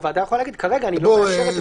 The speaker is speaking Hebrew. הוועדה יכולה לומר: כרגע אני לא מאשרת את הקנס.